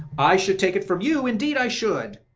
i should take it from you, indeed i should!